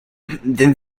then